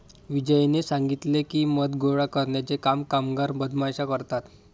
विजयने सांगितले की, मध गोळा करण्याचे काम कामगार मधमाश्या करतात